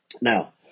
Now